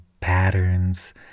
patterns